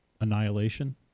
*Annihilation*